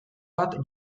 bat